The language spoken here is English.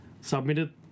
submitted